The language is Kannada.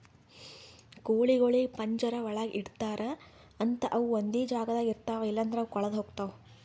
ಕೋಳಿಗೊಳಿಗ್ ಪಂಜರ ಒಳಗ್ ಇಡ್ತಾರ್ ಅಂತ ಅವು ಒಂದೆ ಜಾಗದಾಗ ಇರ್ತಾವ ಇಲ್ಲಂದ್ರ ಅವು ಕಳದೆ ಹೋಗ್ತಾವ